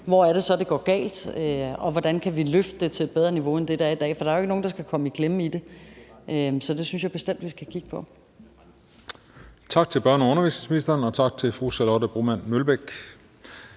hvor det går galt, og hvordan vi kan løfte det op på et bedre niveau end det, der er i dag. For der er jo ikke nogen, der skal komme i klemme i det. Så det synes jeg bestemt vi skal kigge på. Kl. 14:29 Den fg. formand (Christian Juhl): Tak til børne- og undervisningsministeren, og tak til fru Charlotte Broman Mølbæk.